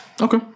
Okay